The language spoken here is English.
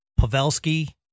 Pavelski